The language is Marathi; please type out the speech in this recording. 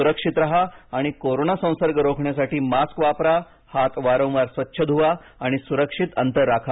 सुक्षित राहा आणि कोरोना संसर्ग रोखण्यासाठी मास्क वापरा हात वारंवार स्वच्छ ध्वा आणि सुरक्षित अंतर राखा